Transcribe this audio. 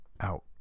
out